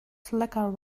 slacker